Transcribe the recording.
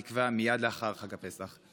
בתקווה שמייד לאחר חג הפסח.